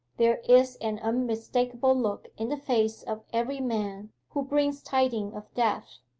there is an unmistakable look in the face of every man who brings tidings of death.